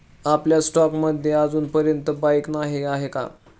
आपल्या स्टॉक्स मध्ये अजूनपर्यंत बाईक नाही आहे का?